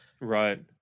right